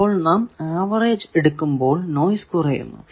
അപ്പോൾ നാം ആവറേജ് എടുക്കുമ്പോൾ നോയ്സ് കുറയുന്നു